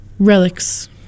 Relics